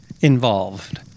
involved